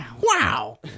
Wow